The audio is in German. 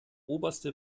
oberste